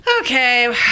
Okay